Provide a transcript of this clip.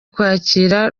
kwakira